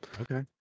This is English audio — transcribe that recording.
Okay